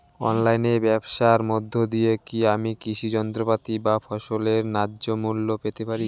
অনলাইনে ব্যাবসার মধ্য দিয়ে কী আমি কৃষি যন্ত্রপাতি বা ফসলের ন্যায্য মূল্য পেতে পারি?